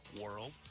world